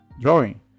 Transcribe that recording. drawing